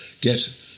get